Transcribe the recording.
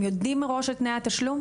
הם יודעים מראש את תנאי התשלום?